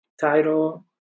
title